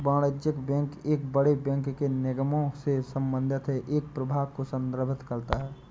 वाणिज्यिक बैंक एक बड़े बैंक के निगमों से संबंधित है एक प्रभाग को संदर्भित करता है